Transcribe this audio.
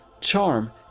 charm